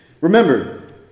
Remember